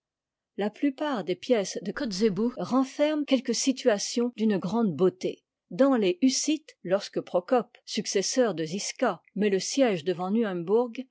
la plupart des pièces de kotzebue renferment quelques situations d'une grande beauté dans les hussites lorsque procope successeur de ziska met e siège devant